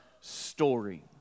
story